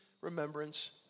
remembrance